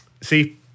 see